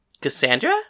Cassandra